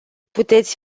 puteți